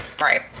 right